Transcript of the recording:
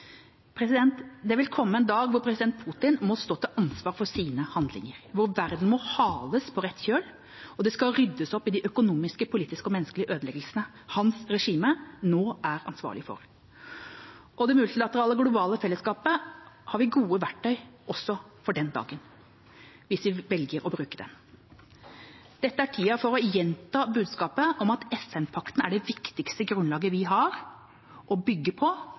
Det vil komme en dag hvor president Putin må stå til ansvar for sine handlinger, hvor verden må hales på rett kjøl, og det skal ryddes opp i de økonomiske, politiske og menneskelige ødeleggelsene hans regime nå er ansvarlig for. I det multilaterale globale fellesskapet har vi gode verktøy også for den dagen, hvis vi velger å bruke dem. Dette er tida for å gjenta budskapet om at FN-pakten er det viktigste grunnlaget vi har å bygge på